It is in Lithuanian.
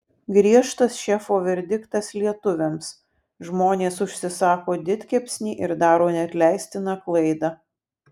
griežtas šefo verdiktas lietuviams žmonės užsisako didkepsnį ir daro neatleistiną klaidą